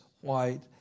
white